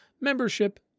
membership